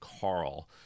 Carl